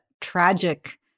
tragic